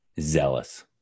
Zealous